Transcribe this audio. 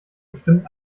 bestimmt